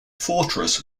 fortress